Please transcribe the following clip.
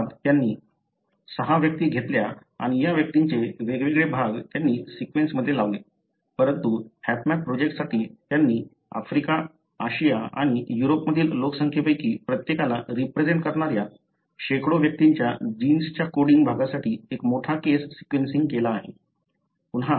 मुळात त्यांनी सहा व्यक्ती घेतल्या आणि या व्यक्तींचे वेगवेगळे भाग त्यांनी सीक्वेन्स मध्ये लावले परंतु हॅपमॅप प्रोजेक्टसाठी त्यांनी आफ्रिका आशिया आणि युरोपमधील लोकसंख्येपैकी प्रत्येकाला रिप्रेझेन्ट करणाऱ्या शेकडो व्यक्तींच्या जीन्सच्या कोडींग भागासाठी एक मोठा केस सिक्वेन्सिंग केला आहे